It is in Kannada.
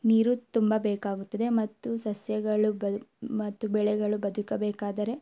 ನೀರು ತುಂಬ ಬೇಕಾಗುತ್ತದೆ ಮತ್ತು ಸಸ್ಯಗಳು ಬಲ್ ಮತ್ತು ಬೆಳೆಗಳು ಬದುಕಬೇಕಾದರೆ